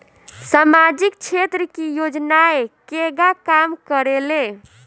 सामाजिक क्षेत्र की योजनाएं केगा काम करेले?